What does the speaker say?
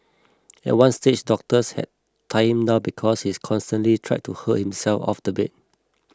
at one stage doctors had tie him down because he constantly tried to hurl himself off the bed